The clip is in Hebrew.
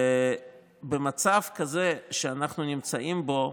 ובמצב כזה שאנחנו נמצאים בו,